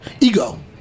Ego